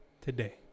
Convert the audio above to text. today